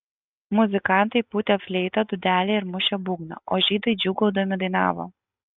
muzikantai pūtė fleitą dūdelę ir mušė būgną o žydai džiūgaudami dainavo